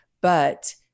but-